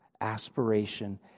aspiration